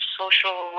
social